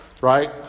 right